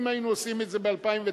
אם היינו עושים את זה ב-2009,